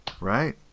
Right